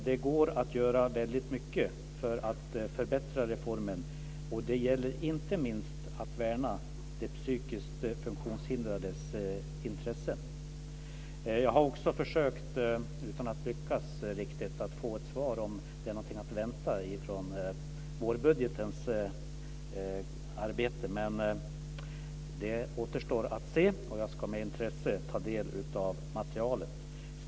Det går att göra mycket för att förbättra reformen. Det gäller inte minst att värna de psykiskt funktionshindrades intressen. Jag har också försökt, utan att lyckas riktigt, att få ett svar om det är något att vänta från arbetet med vårbudgeten. Det återstår att se. Jag ska med intresse ta del av materialet.